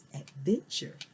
adventure